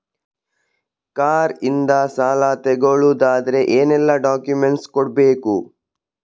Car ಇಂದ ಸಾಲ ತಗೊಳುದಾದ್ರೆ ಏನೆಲ್ಲ ಡಾಕ್ಯುಮೆಂಟ್ಸ್ ಕೊಡ್ಬೇಕು?